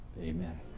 amen